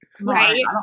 Right